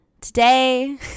Today